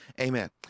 amen